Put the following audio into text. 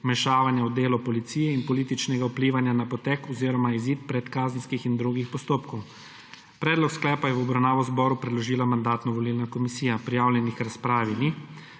vmešavanja v delo policije in političnega vplivanja na potek oziroma izid predkazenskih in drugih postopkov. Predlog sklepa je v obravnavo zboru predložila Mandatno-volilna komisija. Prijavljenih k razpravi